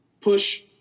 push